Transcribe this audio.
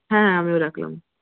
হ্যাঁ আমিও রাখলাম